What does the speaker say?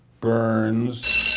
Burns